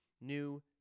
new